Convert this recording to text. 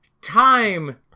Time